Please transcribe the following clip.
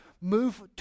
move